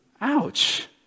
Ouch